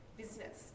business